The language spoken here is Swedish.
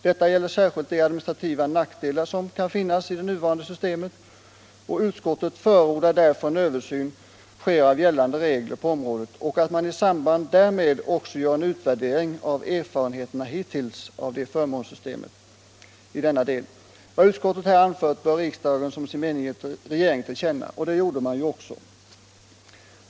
Detta gäller särskilt de administrativa nackdelar som kan finnas i det nuvarande systemet. Utskottet förordar därför att en översyn sker av gällande regler på området och att man i samband därmed också gör en utvärdering av erfarenheterna hittills av förmånssystemet i denna del. Vad utskottet här anfört bör riksdagen som sin mening ge regeringen till känna.” Det gjorde man också.